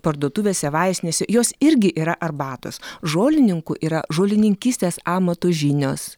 parduotuvėse vaistinėse jos irgi yra arbatos žolininkų yra žolininkystės amato žinios